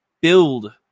build